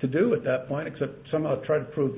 to do with the point except some of trying to prove